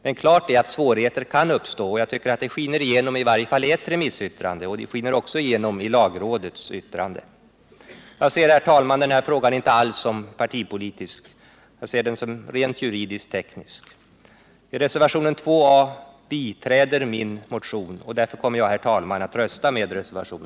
Men klart är att svårigheter kan uppstå, och jag tycker att detta skiner igenom i åtminstone ett remissyttrande, liksom också i lagrådets yttrande. Jag betraktar inte alls, herr talman, den här frågan som partipolitisk utan som en rent juridisk-teknisk fråga. I reservationen 2 a biträds min motion, och därför kommer jag, herr talman, att rösta för denna reservation.